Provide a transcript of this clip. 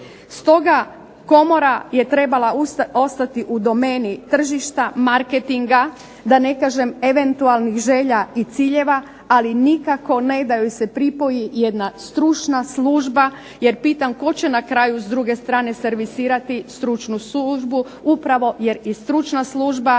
Stoga, komora je trebala ostati u domeni tržišta marketinga, da ne kažem eventualnih želja i ciljeva, ali nikako ne da joj se pripoji jedna stručna služba jer pitam tko će na kraju s druge strane servisirati stručnu službu upravo jer i stručna služba